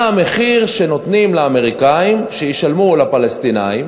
מה המחיר שנותנים לאמריקנים שישלמו לפלסטינים